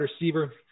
receiver